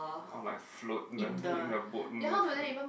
all like float the make the boat move one